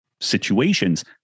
situations